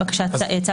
רק בגלל שגלעד שהתעקש.